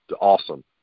awesome